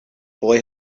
boy